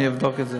אני אבדוק את זה.